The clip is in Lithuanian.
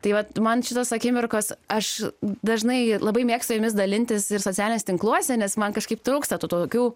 tai vat man šitos akimirkos aš dažnai labai mėgstu jomis dalintis ir socialiniuose tinkluose nes man kažkaip trūksta tų tokių